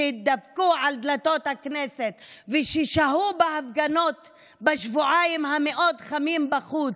שהתדפקו על דלתות הכנסת וששהו בהפגנות בשבועיים המאוד-חמים בחוץ,